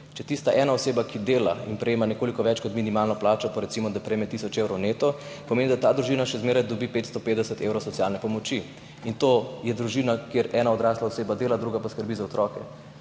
Če tista ena oseba, ki dela, prejema nekoliko več kot minimalno plačo, recimo, da prejme tisoč evrov neto, pomeni, da ta družina še zmeraj dobi 550 evrov socialne pomoči. In to je družina, kjer ena odrasla oseba dela, druga pa skrbi za otroke.